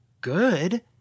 good